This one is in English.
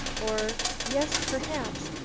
or yes, perhaps,